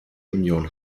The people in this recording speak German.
union